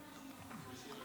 בראש.